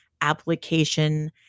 application